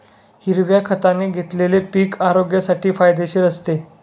हिरव्या खताने घेतलेले पीक आरोग्यासाठी फायदेशीर असते